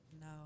No